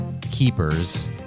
Keepers